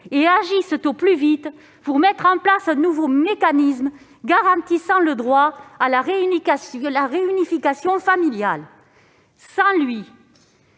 et agissent au plus vite pour mettre en place un nouveau mécanisme garantissant le droit à la réunification familiale. À défaut,